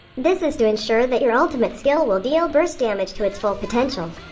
this is to ensure that your ultimate skill will deal burst damage to its full potential.